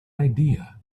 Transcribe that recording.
idea